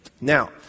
Now